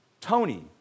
Tony